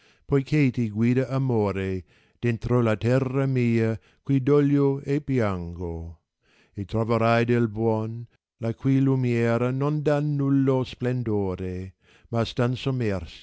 poiché ti guida amore dentro la terra mia cui doglio e piango e troverai de buon la cui lumiera non dà nullo splendore ma stan